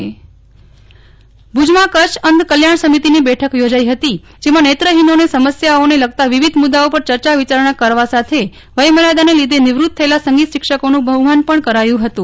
નેહ્લ ઠક્કર ભુજ કચ્છ અંધ કલ્યાણ સમિતિ ભુજમાં કચ્છ અંધ કલ્યાણ સમિતિની બેઠક યોજાઇ ફતી જેમાં નેત્રફીનોની સમસ્યાઓને લગતા વિવિધ મુદ્દાઓ પર ચર્ચા વિચારણા કરાવા સાથે વયમર્યાદાને લીધે નિવૃત્ત થયેલાં સંગીત શિક્ષકોનું બફ્માન પણ કરાયું ફતું